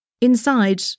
Inside